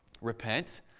Repent